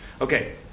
Okay